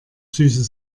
süße